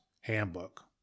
Handbook